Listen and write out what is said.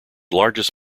largest